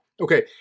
Okay